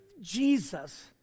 Jesus